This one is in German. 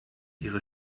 ihre